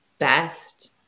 Best